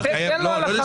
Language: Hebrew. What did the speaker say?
לא.